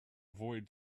avoid